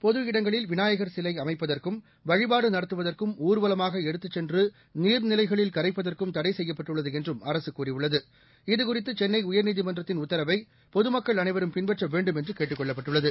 பொது இடங்களில் விநாயகர் சிலைஅமைப்பதற்கும் வழிபாடுநடத்துவதற்கும் ஊர்வலமாகஎடுத்துச் சென்றுநீர்நிலைகளில் கரைப்பதற்கும் தடைசெய்யப்பட்டுள்ளதுஎன்றும் அரசுகூறியுள்ளது இதுகுறித்துசென்னைஉயர்நீதிமன்றத்தின் உத்தரவைபொதுமக்கள் அனைவரும் பின்பற்றவேண்டும் என்றுகேட்டுக் கொள்ளப்பட்டுள்ளது